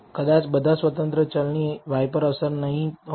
કદાચ બધા આશ્રિત ચલ ની y પર અસર નહીં હોય